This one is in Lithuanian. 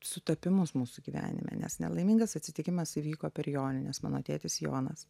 sutapimus mūsų gyvenime nes nelaimingas atsitikimas įvyko per jonines mano tėtis jonas